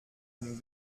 dem